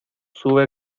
sube